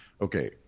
okay